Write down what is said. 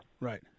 right